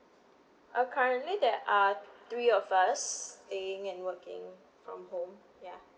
uh currently there are three of us staying and working from home ya